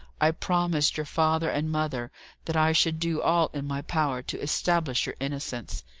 i promised your father and mother that i should do all in my power to establish your innocence.